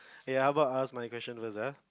ya how about I'll ask my question first ah